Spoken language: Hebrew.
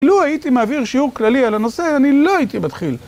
לו הייתי מעביר שיעור כללי על הנושא, אני לא הייתי מתחיל.